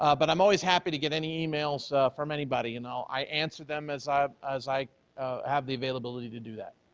ah but i'm always happy to get any emails from anybody, you know, i answer them as i as i have the availability to do that.